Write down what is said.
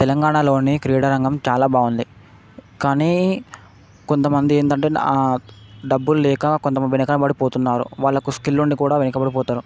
తెలంగాణలోని క్రీడారంగం చాలా బాగుంది కానీ కొంతమంది ఏందంటే డబ్బుల్లేక కొంతమ వెనకబడిపోతున్నారు వాళ్లకు స్కిల్ ఉండి కూడా వెనకబడిపోతారు